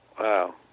wow